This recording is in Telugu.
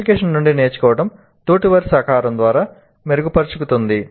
అప్లికేషన్ నుండి నేర్చుకోవడం తోటివారి సహకారం ద్వారా మెరుగుపరచబడుతుంది